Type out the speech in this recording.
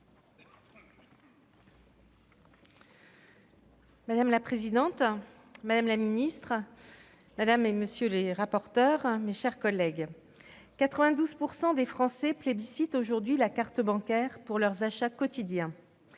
Madame la présidente, madame la secrétaire d'État, madame la rapporteur, mes chers collègues, 92 % des Français plébiscitent aujourd'hui la carte bancaire pour leurs achats quotidiens.